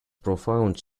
profound